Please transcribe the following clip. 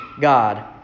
God